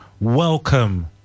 welcome